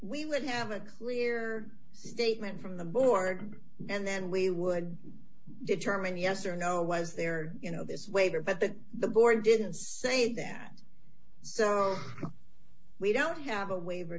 we would have a clear statement from the board and then we would determine yes or no was there you know this waiver but that the board didn't say that so we don't have a waiver